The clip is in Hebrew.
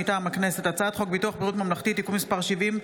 מטעם הכנסת: הצעת חוק ביטוח בריאות ממלכתי (תיקון מס' 70)